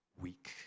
weak